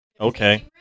Okay